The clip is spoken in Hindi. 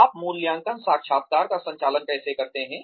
आप मूल्यांकन साक्षात्कार का संचालन कैसे करते हैं